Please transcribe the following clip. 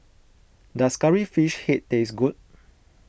does Curry Fish Head taste good